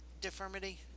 deformity